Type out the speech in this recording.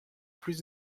plus